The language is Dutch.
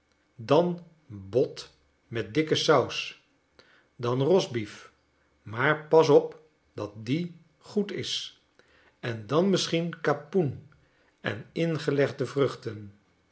dan bot met dikke saus dan roastbeaf maar pas op dat die goed is en dan misschien kapoen en ingelegde vruchten